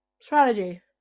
strategy